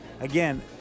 Again